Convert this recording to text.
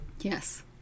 Yes